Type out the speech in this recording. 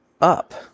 up